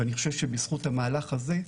ואני חושב שבזכות המהלך הזה,